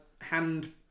hand